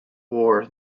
war